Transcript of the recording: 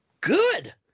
good